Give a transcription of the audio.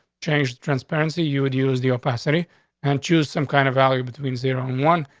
change transparency. you would use the opacity and choose some kind of value between zero and one.